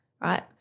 right